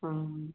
हँ